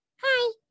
Hi